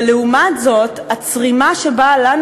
ולעומת זאת הצרימה שבה לנו,